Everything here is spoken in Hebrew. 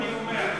אני אומר,